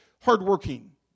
hardworking